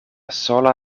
sola